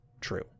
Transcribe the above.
true